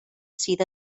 sydd